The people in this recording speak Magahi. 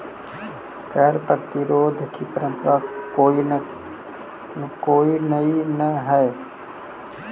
कर प्रतिरोध की परंपरा कोई नई न हई